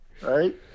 Right